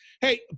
Hey